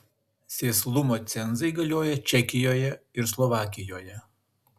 sėslumo cenzai galioja čekijoje ir slovakijoje